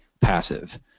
passive